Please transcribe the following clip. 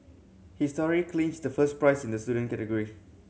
his story clinched the first prize in the student category